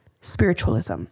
spiritualism